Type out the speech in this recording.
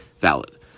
valid